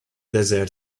desert